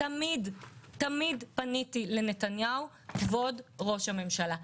תמיד תמיד פניתי לנתניהו בכינוי "כבוד ראש הממשלה".